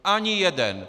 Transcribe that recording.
Ani jeden!